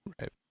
Right